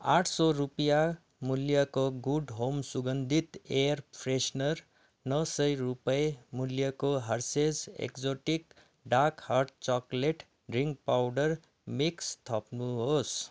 आठ सय रुपियाँ मूल्यको गुड होम सुगन्धित एयर फ्रेसनर नौ सय रुपियाँ मूल्यको Hershey's exotic dark hot chocolate drink powder mix थप्नुहोस्